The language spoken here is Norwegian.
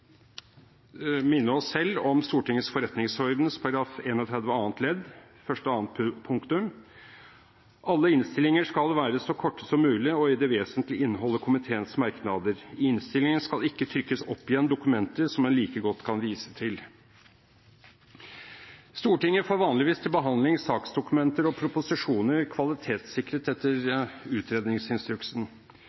minne oss selv om Stortingets forretningsordens § 31 annet ledd, første og annet punktum: «Alle innstillinger skal være så korte som mulig og i det vesentlige inneholde komiteens merknader. I innstillingene skal det ikke trykkes opp igjen dokumenter som en like godt kan vise til.» Stortinget får vanligvis til behandling saksdokumenter og proposisjoner kvalitetssikret etter utredningsinstruksen.